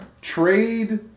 trade